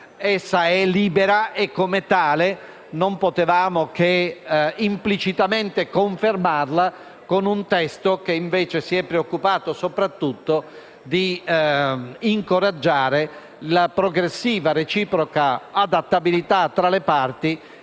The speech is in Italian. è libera e, come tale, non potevamo che implicitamente confermarla con un testo che, invece, si è preoccupato soprattutto di incoraggiare la progressiva, reciproca adattabilità tra le parti,